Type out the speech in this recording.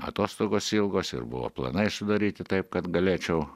atostogos ilgos ir buvo planai sudaryti taip kad galėčiau